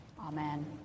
Amen